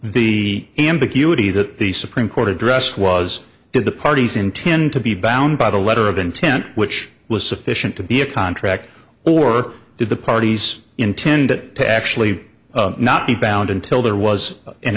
the ambiguity that the supreme court addressed was did the parties intend to be bound by the letter of intent which was sufficient to be a contract or did the parties intend it to actually not be bound until there was an